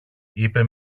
είπε